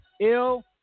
Ill